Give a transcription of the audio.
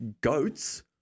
Goats